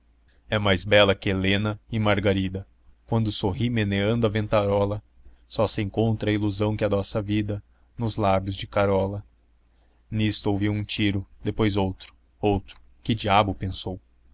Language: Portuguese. é mais bela que helena e margarida quando sorri meneando a ventarola só se encontra a ilusão que adoça a vida nos lábios de carola nisto ouviu um tiro depois outro outro que diabo pensou